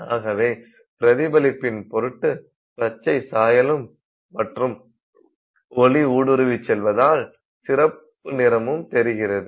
ஆகவே பிரதிபலிப்பின் பொருட்டு பச்சை சாயலும் மற்றும் ஒளி ஊடுருவிச் செல்வதால் சிவப்பு நிறமும் தெரிகிறது